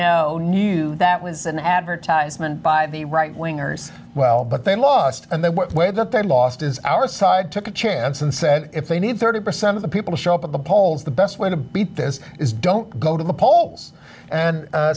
no new that was an advertisement by the right wingers well but they lost and then where that they lost is our side took a chance and said if they need thirty percent of the people show up at the polls the best way to beat this is don't go to the polls and